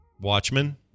Watchmen